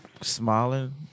Smiling